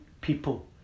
people